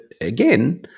again